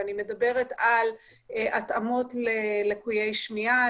אני מדברת על התאמות לליקויי שמיעה,